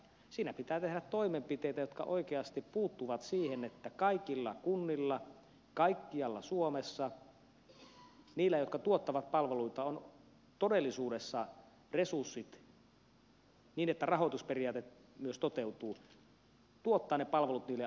siinä pitää tehdä toimenpiteitä jotka oikeasti puuttuvat siihen että kaikilla kunnilla kaikkialla suomessa niillä jotka tuottavat palveluita on todellisuudessa resurssit niin että rahoitusperiaate myös toteutuu tuottaa ne palvelut niille asukkaille